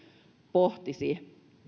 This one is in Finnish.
pohtisi